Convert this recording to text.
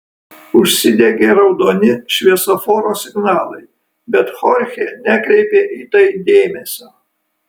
užsidegė raudoni šviesoforo signalai bet chorchė nekreipė į tai dėmesio